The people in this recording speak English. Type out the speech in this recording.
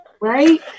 Right